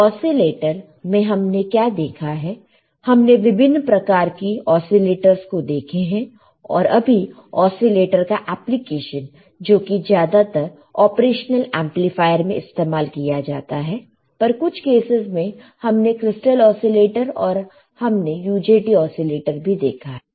तो ओसीलेटर में हमने क्या देखा है हमने विभिन्न प्रकार की ओसीलेटर्स देखें और अभी ओसीलेटर का एप्लीकेशन जो कि ज्यादातर ऑपरेशनल एंपलीफायर में इस्तेमाल किया जाता है पर कुछ केसेस में हमने क्रिस्टल ओसीलेटर और हमने UJT ओसीलेटर भी देखा है